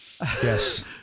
Yes